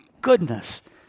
goodness